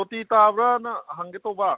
ꯇꯣꯇꯤ ꯇꯥꯕ꯭ꯔꯥꯅ ꯍꯪꯒꯦ ꯇꯧꯕ